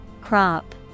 Crop